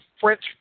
French